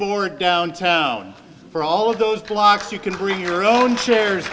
inboard downtown for all those clocks you can bring your own chairs